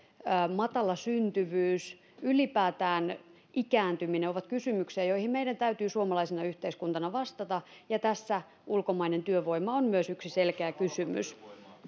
matala syntyvyys ylipäätään ikääntyminen ovat kysymyksiä joihin meidän täytyy suomalaisena yhteiskuntana vastata ja tässä ulkomainen työvoima on myös yksi selkeä kysymys